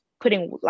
putting